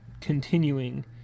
continuing